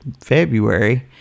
February